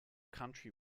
country